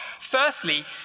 Firstly